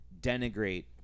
denigrate